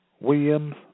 Williams